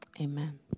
amen